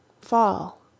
fall